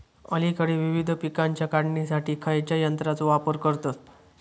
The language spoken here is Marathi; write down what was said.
अलीकडे विविध पीकांच्या काढणीसाठी खयाच्या यंत्राचो वापर करतत?